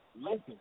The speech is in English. listen